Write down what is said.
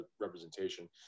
representation